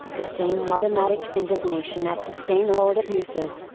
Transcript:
the same automatic indignation at the same old abuses,